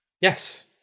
Yes